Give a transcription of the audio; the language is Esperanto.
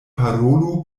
parolu